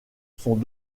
sont